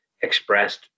expressed